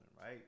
right